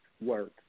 work